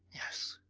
yes!